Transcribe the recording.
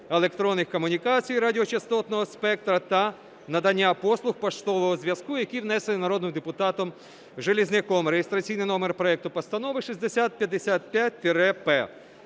електронних комунікацій, радіочастотного спектра та надання послуг поштового зв'язку, який внесений народним депутатом Железняком (реєстраційний номер проекту постанови 6055-П).